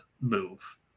move